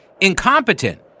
incompetent